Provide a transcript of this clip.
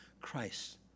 Christ